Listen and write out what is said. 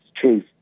truth